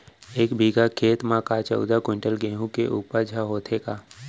एक बीघा खेत म का चौदह क्विंटल गेहूँ के उपज ह होथे का?